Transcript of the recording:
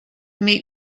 meet